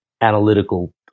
analytical